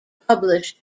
published